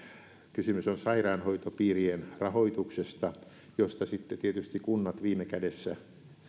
kysymys on sairaanhoitopiirien rahoituksesta josta sitten tietysti kunnat viime kädessä